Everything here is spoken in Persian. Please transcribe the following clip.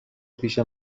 پیش